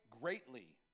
greatly